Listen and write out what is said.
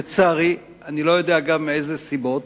לצערי, אני לא יודע מאילו סיבות,